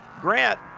Grant